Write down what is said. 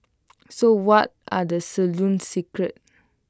so what are the salon's secrets